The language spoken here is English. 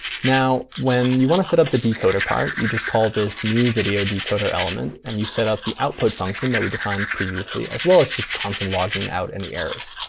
now, when you want to set up the decoder part, you just call this new videodecoder element. and you set up the output function that we defined previously, as well as just console logging out any errors.